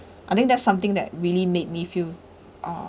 I think that's something that really made me feel uh